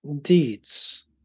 deeds